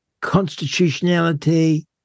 constitutionality